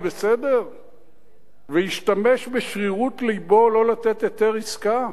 בסדר וישתמש בשרירות לבו לא לתת היתר עסקה?